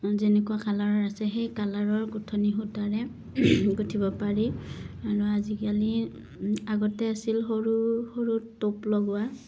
যেনেকুৱা কালাৰৰ আছে সেই কালাৰৰ গোঁঠনি সূতাৰে গুঠিব পাৰি আৰু আজিকালি আগতে আছিল সৰু সৰু টোপ লগোৱা